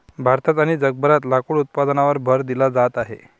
भारतात आणि जगभरात लाकूड उत्पादनावर भर दिला जात आहे